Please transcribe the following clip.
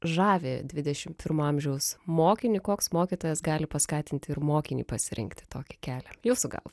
žavi dvidešimt pirmo amžiaus mokinį koks mokytojas gali paskatinti ir mokinį pasirinkti tokį kelią jūsų galva